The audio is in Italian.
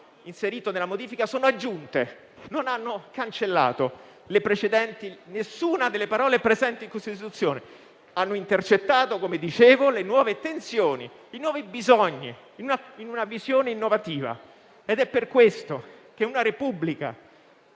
inserite nella modifica sono un'aggiunta, non hanno cancellato nessuna delle parole precedenti. Hanno intercettato, come dicevo, le nuove tensioni, i nuovi bisogni, in una visione innovativa. Ed è per questo che una Repubblica